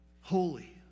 Holy